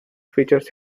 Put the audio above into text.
features